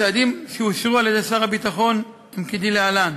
הצעדים שאושרו על-ידי שר הביטחון הם כדלהלן: